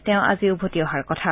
তেওঁ আজি উভতি অহাৰ কথা